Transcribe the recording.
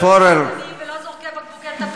אולי תוכלי לבלום ולנצור את פיך?